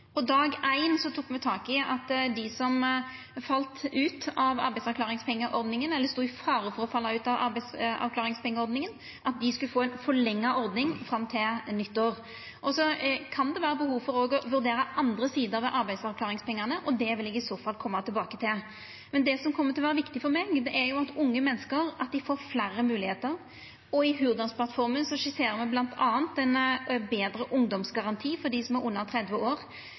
På dag éin tok me tak i at dei som fall ut av arbeidsavklaringspengeordninga, eller stod i fare for å falla ut av ordninga, skulle få forlenga ordninga fram til nyttår. Det kan òg vera behov for å vurdera andre sider ved arbeidsavklaringspengane, og det vil eg i så fall koma tilbake til. Det som kjem til å vera viktig for meg, er at unge menneske får fleire mogelegheiter. Og i Hurdalsplattforma skisserer me bl.a. ein betre ungdomsgaranti for dei som er under 30 år.